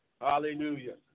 Hallelujah